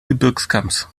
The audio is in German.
gebirgskamms